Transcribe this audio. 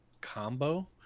combo